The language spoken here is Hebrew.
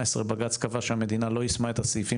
בשנת 2018 בג"ץ קבע שהמדינה לא יישמה את הסעיפים